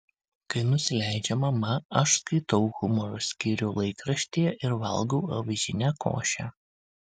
kai nusileidžia mama aš skaitau humoro skyrių laikraštyje ir valgau avižinę košę